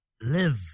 Live